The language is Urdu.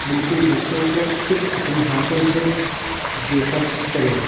بالکل بچوں کو خود اپنے ہاتھوں سے یہ سب کریں